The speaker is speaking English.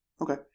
Okay